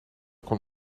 kon